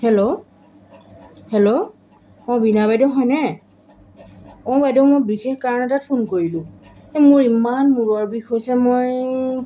hello hello অঁ বিনা বাইদেউ হয়নে অঁ বাইদেউ মই বিশেষ কাৰণ এটাত ফোন কৰিলোঁ এই মোৰ ইমান মূৰাৰ বিষ হৈছে মই